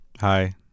Hi